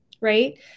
right